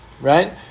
Right